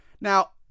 Now